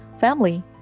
family